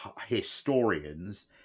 historians